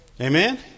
Amen